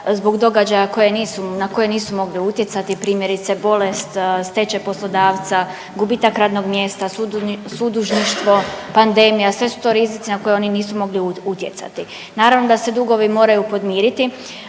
zbog događaja na koje nisu mogli utjecati primjerice bolest, stečaj poslodavca, gubitak radnog mjesta, sudužništvo, pandemija. Sve su to rizici na koje oni nisu mogli utjecati. Naravno da se dugovi moraju podmiriti,